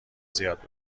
زیاد